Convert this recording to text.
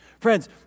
Friends